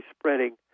spreading